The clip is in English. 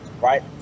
right